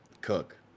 cook